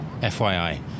FYI